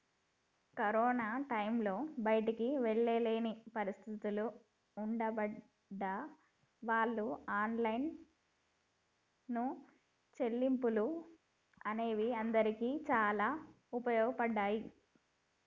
corona టైంలో బయటికి వెళ్ళలేని పరిస్థితులు ఉండబడ్డం వాళ్ళ ఆన్లైన్ చెల్లింపులు అనేవి అందరికీ చాలా ఉపయోగపడ్డాయి